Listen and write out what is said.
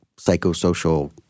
psychosocial